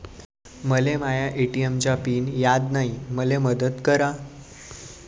मले माया ए.टी.एम चा पिन याद नायी, मले मदत करा